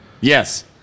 Yes